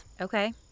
Okay